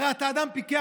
הרי אתה אדם פיקח,